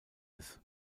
ist